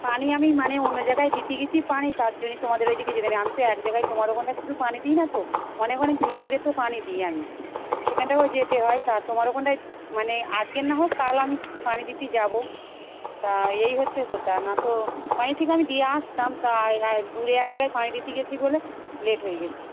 পানি আমি মানে অন্য জাগায় দিতে গেছি পানি তার জন্যে তোমাদের ওই দিকে যেখানে আমি তো এক জাগায় তোমার ওখানটায় শুধু পানি দিই না তো অনেক অনেক দূরে দূরে তো পানি দিই আমি সেখানটায়ও যেতে হয় তা তোমার ওখানটায় মানে আগে না হোক কাল আমি পানি দিতে যাবো তা এই হচ্ছে কতা না তো পানি ঠিক আমি দিয়ে আসতাম তা আই আই দূরে এক জাগায় পানি দিতে গেছি বলে লেট হয়ে গেছে